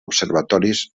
observatoris